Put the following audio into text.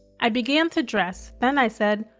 i began to dress. then i said,